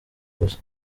gusa